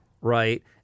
Right